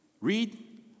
Read